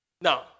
Now